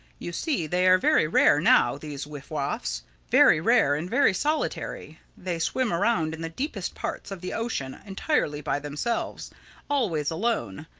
you see, they are very rare now, these wiff-waffs very rare and very solitary. they swim around in the deepest parts of the ocean entirely by themselves always alone.